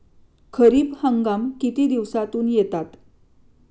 खरीप हंगाम किती दिवसातून येतात?